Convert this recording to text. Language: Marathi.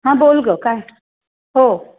हां बोल गं काय हो